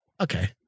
okay